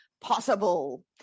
possible